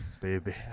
baby